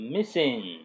Missing